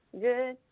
good